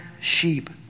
sheep